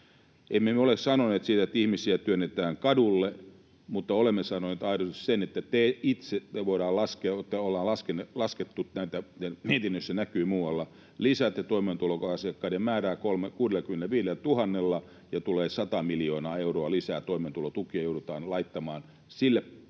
me ole sanoneet siitä, että ihmisiä työnnetään kadulle, mutta olemme sanoneet aidosti sen, että te itse... ollaan laskettu näitä ja mietinnössä näkyy muualla, että tämä lisää toimeentuloasiakkaiden määrää 65 000:lla ja 100 miljoonaa euroa lisää toimeentulotukia joudutaan laittamaan sille